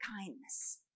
kindness